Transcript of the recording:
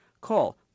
Call